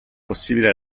possibile